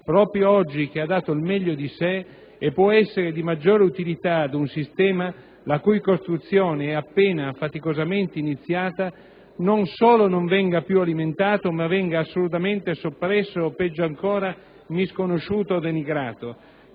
proprio oggi che ha dato il meglio di sé e può essere di maggiore utilità ad un sistema la cui costruzione è appena faticosamente iniziata, non solo non venga più alimentato, ma venga assolutamente soppresso o, peggio ancora, misconosciuto e denigrato.